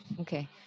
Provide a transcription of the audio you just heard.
okay